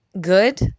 good